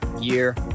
year